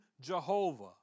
Jehovah